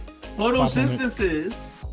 photosynthesis